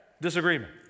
disagreement